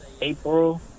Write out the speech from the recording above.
April